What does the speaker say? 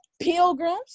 pilgrims